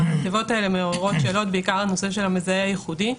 התיבות האלה מעוררות שאלות בעיקר לנושא של המזהה הייחודי,